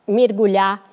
mergulhar